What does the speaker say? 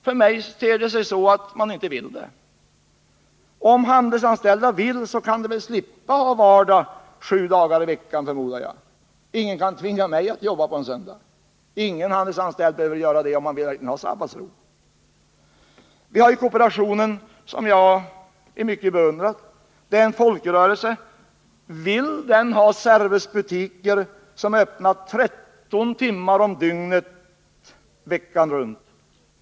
För mig ter det sig så att man inte vill det. Om de handelsanställda vill, så kan de väl slippa att ha vardag sju dagar i veckan, förmodar jag. Ingen kan tvinga mig att jobba på en söndag! Ingen handelsanställd behöver göra det om han verkligen vill ha sabbatsro. Kooperationen, som jag i mycket beundrar, är en folkrörelse. Vill den ha Servusbutiker som är öppna 13 timmar om dygnet veckan runt?